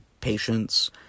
patients